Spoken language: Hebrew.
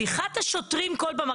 ושליחת השוטרים כל פעם,